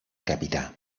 capità